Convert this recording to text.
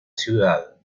ciudad